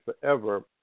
forever